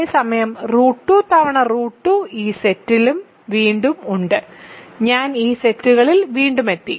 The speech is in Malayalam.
അതേസമയം √2 തവണ √2 ഈ സെറ്റിലും വീണ്ടും ഉണ്ട് ഞാൻ ഈ സെറ്റുകളിൽ വീണ്ടും എത്തി